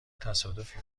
تصادفی